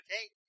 okay